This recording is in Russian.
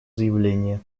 заявление